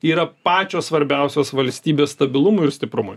yra pačios svarbiausios valstybės stabilumui ir stiprumui